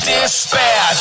despair